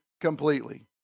completely